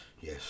Yes